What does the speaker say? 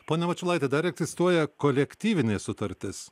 pone mačiulaiti dar egzistuoja kolektyvinė sutartis